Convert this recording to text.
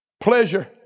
Pleasure